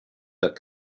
that